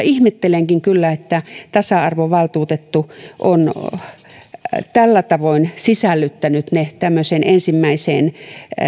ihmettelenkin kyllä että tasa arvovaltuutettu on tällä tavoin sisällyttänyt ne tämmöiseen ensimmäiseen